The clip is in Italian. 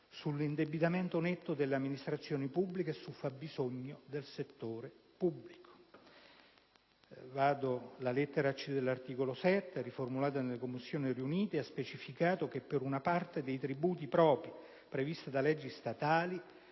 sull'indebitamento netto delle amministrazioni pubbliche e sul fabbisogno del settore pubblico. La lettera *c)* dell'articolo 7, riformulato nelle Commissioni riunite, ha specificato che per una parte dei tributi propri previsti da leggi statali